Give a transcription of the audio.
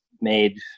made